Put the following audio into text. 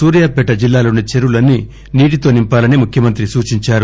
సూర్యాపేట జిల్లాలోని చెరువులన్నీ నీటి తో నింపాలని ముఖ్యమంత్రి సూచించారు